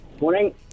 Morning